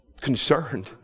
concerned